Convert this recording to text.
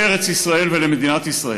לארץ ישראל ולמדינת ישראל.